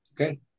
Okay